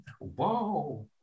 Whoa